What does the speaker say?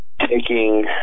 taking